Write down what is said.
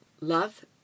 love